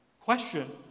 question